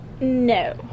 no